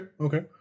okay